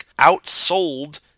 outsold